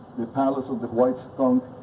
the palace of the white skunk,